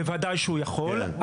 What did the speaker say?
בוודאי שהוא יכול.